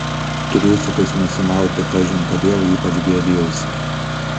triusikus nusimauti kažin kodėl ypač gėdijausi